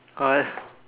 what